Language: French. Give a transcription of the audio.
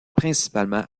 principalement